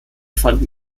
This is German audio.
fanden